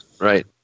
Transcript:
Right